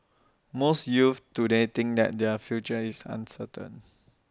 most youths today think that their future is uncertain